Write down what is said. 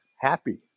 happy